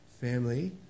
family